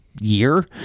year